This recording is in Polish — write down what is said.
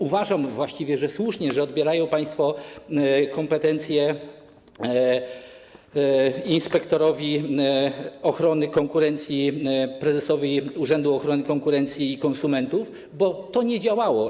Uważam właściwie, że słusznie odbierają państwo kompetencje inspektorowi ochrony konkurencji, prezesowi Urzędu Ochrony Konkurencji i Konsumentów, bo to nie działało.